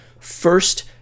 First